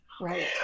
Right